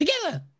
together